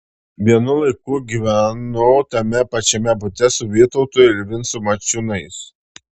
vienu laiku gyvenau tame pačiame bute su vytautu ir vincu maciūnais